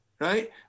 right